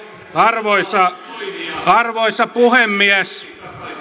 arvoisa arvoisa puhemies